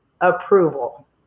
approval